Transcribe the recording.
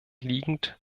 liegend